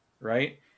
Right